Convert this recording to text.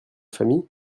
famille